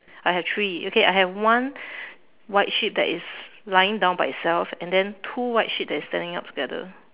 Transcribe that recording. I have three okay I have one white sheep that is lying down by itself and then two white sheep that is standing up together